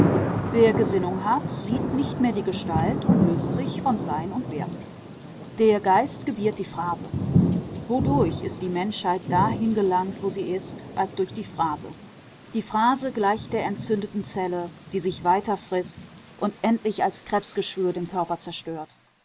wer gesinnung hat sieht nicht mehr die gestalt und löst sich los von sein und werden der geist gebiert die phrase wodurch ist die menschheit dahin gelangt wo sie ist als durch die phrase die phrase gleicht der entzündeten zelle die sich weiter frißt und endlich als krebsgeschwür den körper zerstört